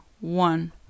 one